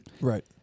Right